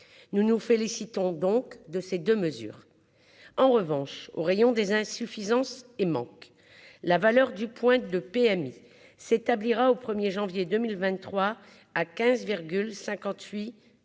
nous nous félicitons donc de ces 2 mesures, en revanche, au rayon des insuffisances et manque la valeur du point de PMI s'établira au 1er janvier 2023 à 15 58